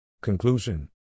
Conclusion